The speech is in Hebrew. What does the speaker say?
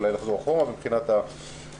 אולי לחזור אחורה מבחינת המדדים.